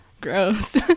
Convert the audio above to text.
gross